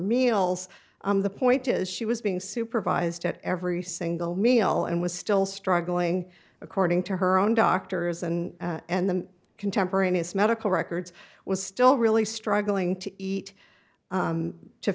meals the point is she was being supervised at every single meal and was still struggling according to her own doctors and and the contemporaneous medical records was still really struggling to eat